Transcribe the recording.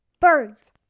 Birds